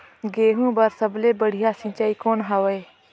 गहूं बर सबले बढ़िया सिंचाई कौन हवय?